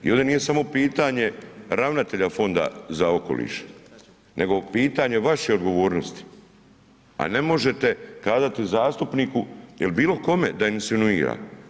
I ovdje nije samo pitanje ravnatelja Fonda za okoliš nego pitanje vaše odgovornosti a ne možete kažete i zastupniku ili bilo kome da insinuira.